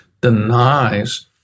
denies